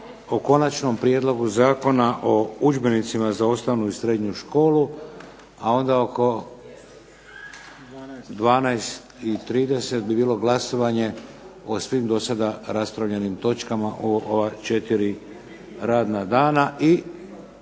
o Konačnom prijedlogu Zakona o udžbenicima za osnovnu i srednju školu, a onda oko 12,30 bi bilo glasovanje o svim do sada raspravljenim točkama o ova četiri radna dana